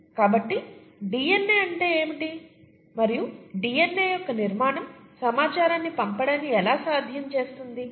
కాబట్టి డిఎన్ఏ అంటే ఏమిటి మరియు డిఎన్ఏ యొక్క నిర్మాణం సమాచారాన్ని పంపడాన్ని ఎలా సాధ్యం చేస్తుంది